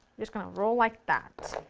just going to roll like that.